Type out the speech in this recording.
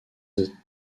that